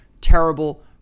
terrible